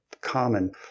common